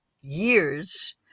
years